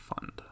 fund